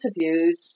interviewed